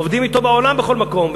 עובדים אתו בעולם בכל מקום,